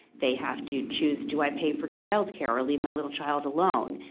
they have to choose, do i pay for childcare or leave my little child alone?